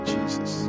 Jesus